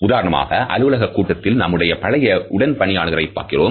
உதாரணமாக அலுவலக கூட்டத்தில் நம்முடைய பழைய உடன் பணியாளரை பார்க்கிறோம்